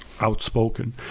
outspoken